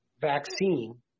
vaccine